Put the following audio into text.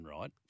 right